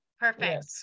Perfect